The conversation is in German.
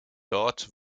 dort